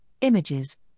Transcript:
images